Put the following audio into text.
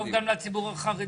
טוב גם לציבור החרדי.